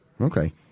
okay